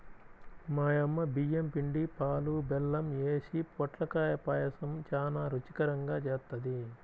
మా యమ్మ బియ్యం పిండి, పాలు, బెల్లం యేసి పొట్లకాయ పాయసం చానా రుచికరంగా జేత్తది